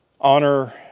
honor